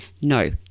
No